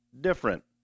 different